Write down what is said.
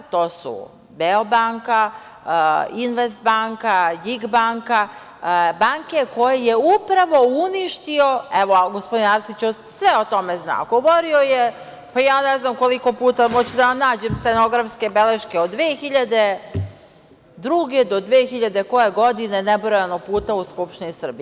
To su „Beobanka“, „Investbanka“, „JIK banka“, banke koje je upravo uništio, evo, gospodine Arsiću, sve o tome znamo, govorio je, pa ja ne znam koliko puta, hoćete da vam nađem stenografske beleške od 2002. do 2000. i koje godine, nebrojeno puta u Skupštini Republike Srbije.